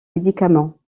médicaments